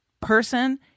person